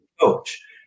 coach